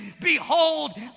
Behold